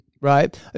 Right